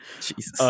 Jesus